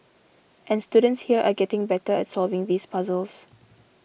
and students here are getting better at solving these puzzles